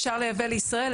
אפשר לייבא לישראל,